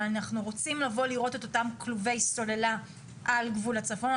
ואנחנו רוצים לבוא לראות את אותם כלובי סוללה על גבול הצפון.